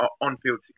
on-field